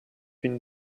been